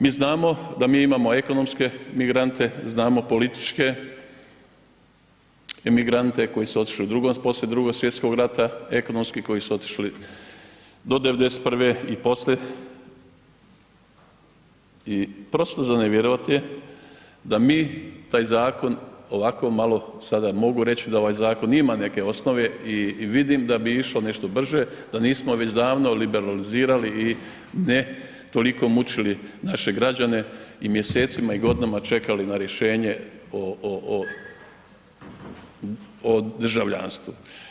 Mi znamo da mi imamo ekonomske migrante, znamo političke emigrante koji su otišli poslije II. svjetskog rata, ekonomski koji su otišli do '91. i poslije i prosto za ne vjerovati je da mi taj zakon ovako malo sada, mogu reći da ovaj zakon ima neke osnove i vidim da bi išlo nešto brže da nismo već davno liberalizirali i ne toliko mučili naše građane i mjesecima i godinama čekali na rješenje o državljanstvu.